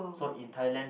so in Thailand